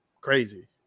crazy